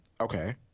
okay